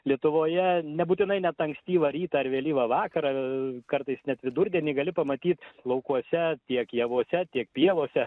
lietuvoje nebūtinai net ankstyvą rytą ar vėlyvą vakarą kartais net vidurdienį gali pamatyt laukuose tiek javuose tiek pievose